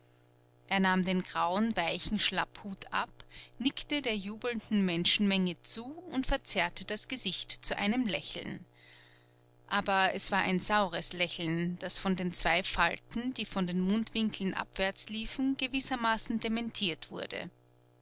er nahm den grauen weichen schlapphut ab nickte der jubelnden menschenmenge zu und verzerrte das gesicht zu einem lächeln aber es war ein saures lächeln das von den zwei falten die von den mundwinkeln abwärts liefen gewissermaßen dementiert wurde